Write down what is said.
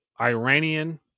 Iranian